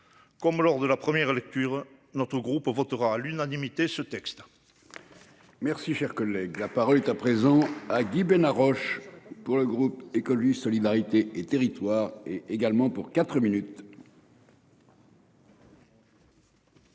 Comme lors de la première lecture notre groupe votera à l'unanimité ce texte. Merci, cher collègue, la parole est à présent à Guy Bénard Roche pour le groupe écologiste solidarité et territoires et également pour 4 minutes.